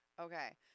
Okay